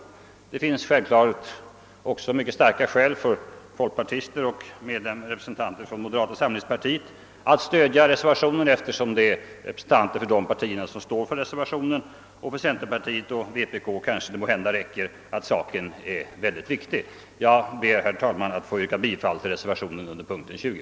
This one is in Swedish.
Självfallet finns det också mycket starka skäl för folkpartister och representanter för moderata samlingspartiet att stödja reservationen, eftersom representanter för dessa partier står bakom den. För centerpartiet och vänsterpartiet kommunisterna kanske det räcker med att saken är mycket viktig. Jag ber, herr talman, att få yrka bifall till reservationen 6 a vid punkten 20.